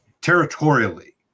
Territorially